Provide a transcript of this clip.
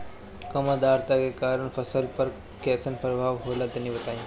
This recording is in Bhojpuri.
कम आद्रता के कारण फसल पर कैसन प्रभाव होला तनी बताई?